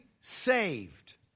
saved